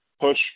push